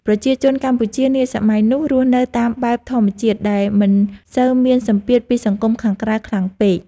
ប្រជាជនកម្ពុជានាសម័យនោះរស់នៅតាមបែបធម្មជាតិដែលមិនសូវមានសម្ពាធពីសង្គមខាងក្រៅខ្លាំងពេក។